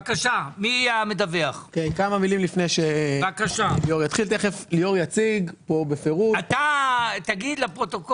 הדבר הראשון שתראו כשליאור יציג את מסגרת התקציב